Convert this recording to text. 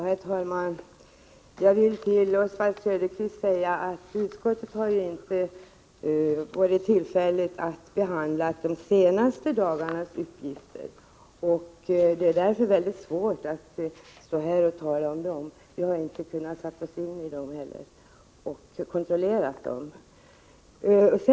Herr talman! Jag vill säga till Oswald Söderqvist att utskottet inte har haft tillfälle att behandla de uppgifter som kommit de senaste dagarna. Det är därför mycket svårt att tala om dem här. Vi har i utskottet inte kunnat sätta oss in i dem och kontrollera dem.